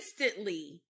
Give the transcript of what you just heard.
instantly